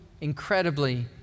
incredibly